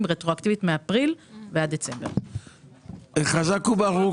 רטרואקטיבית מאפריל ועד דצמבר 2022. חזק וברוך.